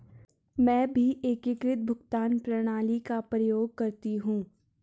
मैं भी एकीकृत भुगतान प्रणाली का प्रयोग करती हूं